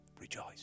Rejoice